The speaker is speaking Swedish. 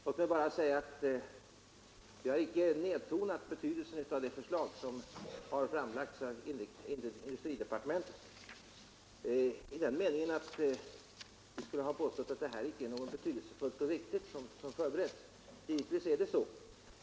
Låt mig bara säga att jag icke nedtonat betydelsen av det förslag som har framlagts av industridepartementet i den meningen att vi skulle ha påstått att det inte är någonting betydelsefullt som föreberetts. Givetvis är det så.